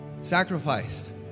sacrificed